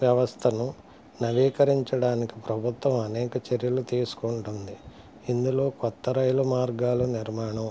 వ్యవస్థను నవీకరించడానికి ప్రభుత్వం అనేక చర్యలు తీసుకుంటుంది ఇందులో కొత్త రైలు మార్గాల నిర్మాణం